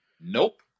nope